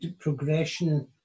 progression